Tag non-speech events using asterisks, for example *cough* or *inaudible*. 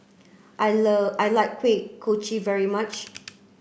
I *unintelligible* I like Kuih Kochi very much